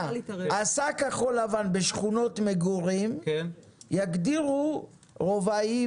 עשה כחול לבן בשכונות מגורים יגדירו רובעים,